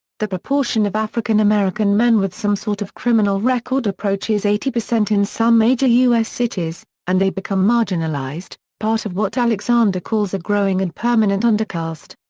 the proportion of african american men with some sort of criminal record approaches eighty percent in some major us cities, cities, and they become marginalized, part of what alexander calls a growing and permanent undercaste.